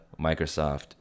Microsoft